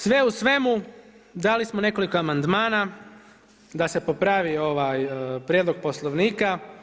Sve u svemu dali smo nekoliko amandmana da se popravi ovaj prijedlog Poslovnika.